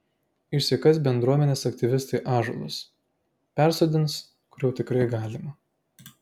išsikas bendruomenės aktyvistai ąžuolus persodins kur jau tikrai galima